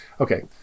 Okay